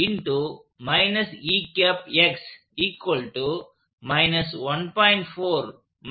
எனவே